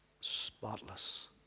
spotless